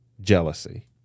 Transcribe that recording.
jealousy